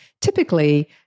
typically